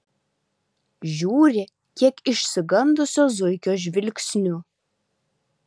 žiūri kiek išsigandusio zuikio žvilgsniu